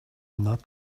not